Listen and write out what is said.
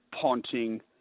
Ponting